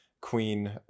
queen